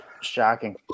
Shocking